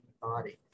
body